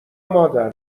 مادر